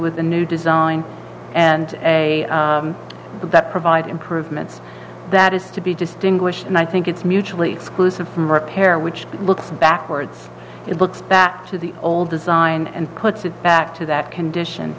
with a new design and a that provide improvements that is to be distinguished and i think it's mutually exclusive from repair which looks backwards it looks back to the old design and puts it back to that condition